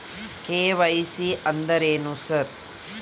KYC ಅಂದ್ರೇನು sir?